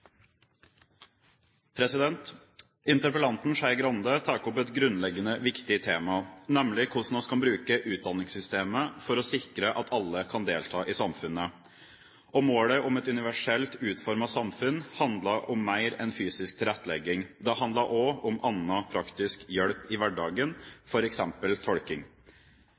Interpellanten Skei Grande tar opp et grunnleggende viktig tema, nemlig hvordan vi kan bruke utdanningssystemet for å sikre at alle kan delta i samfunnet. Målet om et universelt utformet samfunn handler om mer enn fysisk tilrettelegging; det handler også om annen praktisk hjelp i hverdagen, f.eks. tolking.